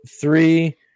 three